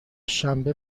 شنبه